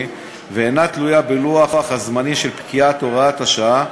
ואינה תלויה בלוח הזמנים של פקיעת הוראת השעה,